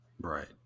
Right